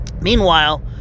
Meanwhile